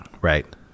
Right